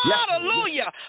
Hallelujah